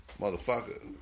Motherfucker